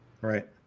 Right